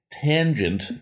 Tangent